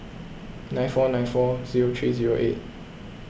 nine four nine four zero three zero eight